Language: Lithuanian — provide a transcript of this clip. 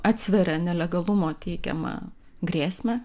atsveria nelegalumo teikiamą grėsmę